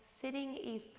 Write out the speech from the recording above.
sitting